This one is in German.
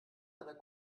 einer